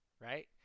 right